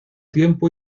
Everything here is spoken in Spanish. tiempo